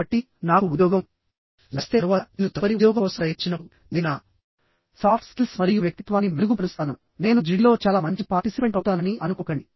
కాబట్టి నాకు ఉద్యోగం లభిస్తే తరువాత నేను తదుపరి ఉద్యోగం కోసం ప్రయత్నించినప్పుడు నేను నా సాఫ్ట్ స్కిల్స్ మరియు వ్యక్తిత్వాన్ని మెరుగుపరుస్తాను నేను జిడిలో చాలా మంచి పార్టిసిపెంట్ అవుతానని అనుకోకండి